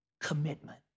commitment